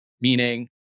meaning